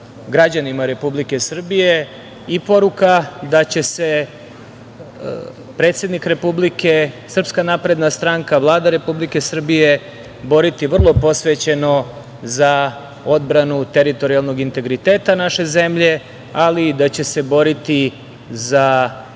građanima Republike Srbije i poruka da će se predsednik Republike, SNS, Vlada Republike Srbije boriti vrlo posvećeno za odbranu teritorijalnog integriteta naše zemlje, ali i da će se boriti za